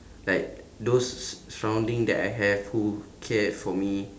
like those s~ s~ surrounding that I have who cared for me